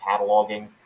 cataloging